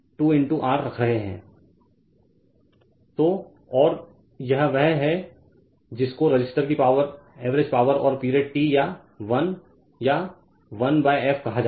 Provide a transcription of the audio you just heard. Refer Slide Time 1427 तो और यह वह है जिसको रेसिस्टर की पावर एवरेज पावर और पीरियड T या 1 या 1 1 f कहा जाता है